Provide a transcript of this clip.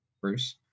Bruce